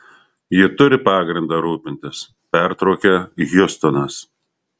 ji turi pagrindą rūpintis pertraukė hjustonas